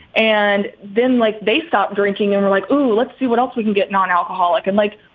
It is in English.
and then like they stop drinking and we're like, oh, let's see what else we can get non-alcoholic and like,